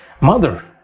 mother